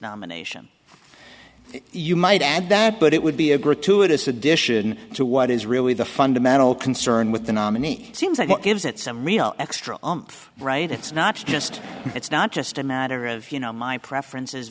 nomination you might add that but it would be a gratuitous addition to what is really the fundamental concern with the nominee it seems that what gives it some real extra right it's not just it's not just a matter of you know my preference